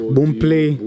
Boomplay